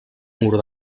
mur